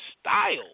style